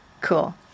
Cool